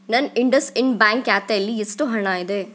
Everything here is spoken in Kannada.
ನನ್ನ ಇಂಡಸ್ ಇಂಡ್ ಬ್ಯಾಂಕ್ ಖಾತೆಲಿ ಎಷ್ಟು ಹಣ ಇದೆ